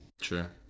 Sure